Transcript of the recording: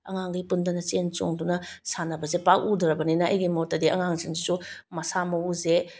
ꯑꯉꯥꯡꯈꯩ ꯄꯨꯟꯗꯅ ꯆꯦꯟ ꯆꯣꯡꯗꯨꯅ ꯁꯥꯟꯅꯕꯁꯦ ꯄꯥꯛ ꯎꯗ꯭ꯔꯕꯅꯤꯅ ꯑꯩꯒꯤ ꯃꯣꯠꯇꯗꯤ ꯑꯉꯥꯡꯁꯤꯡꯁꯤꯁꯨ ꯃꯁꯥ ꯃꯎꯁꯦ